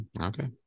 Okay